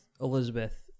Elizabeth